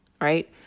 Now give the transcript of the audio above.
right